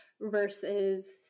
versus